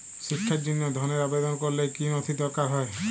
শিক্ষার জন্য ধনের আবেদন করলে কী নথি দরকার হয়?